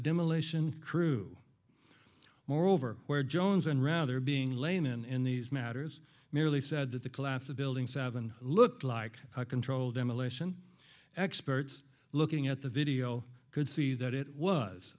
demolition crew moreover where jones and rather being layman in these matters merely said that the collapse of building seven looked like a controlled demolition experts looking at the video could see that it was